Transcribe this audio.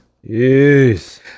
yes